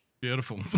Beautiful